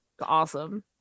awesome